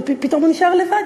ופתאום הוא נשאר לבד,